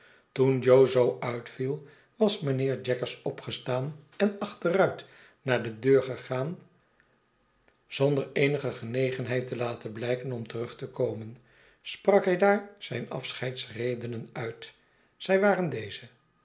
toen jo zoo uitviel was mijnheer jaggers opgestaan en achteruit naar de deur gegaan zonder eenige genegenheid te laten blijken om terug te komen sprak hij daar zijne afscheidsredenen uit zij waren deze